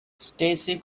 stacey